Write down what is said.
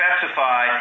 specify